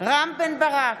רם בן ברק,